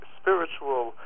spiritual